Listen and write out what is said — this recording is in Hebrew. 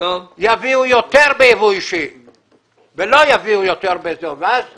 יביאו יותר ביבוא אישי ואז תיפגעו.